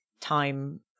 time